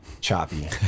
choppy